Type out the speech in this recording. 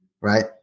Right